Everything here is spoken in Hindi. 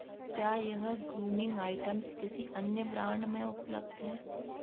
क्या यह ग्रूमिंग आइटम्स किसी अन्य ब्रांड में उपलब्ध है